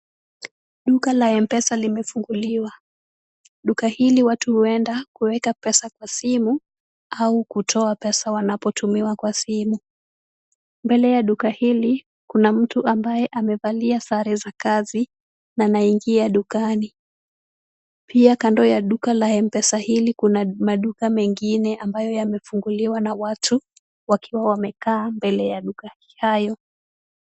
Duka la M-Pesa limefunguliwa. Duka hili watu huenda kuweka pesa kwa simu au kutoa pesa wanapotumiwa kwa simu. Mbele ya duka hili, kuna mtu ambaye amevalia sare za kazi na anaingia dukani. Pia kando ya duka la M-Pesa hili, kuna maduka mengine ambayo yamefunguliwa na watu, wakiwa wamekaa mbele ya duka hayo.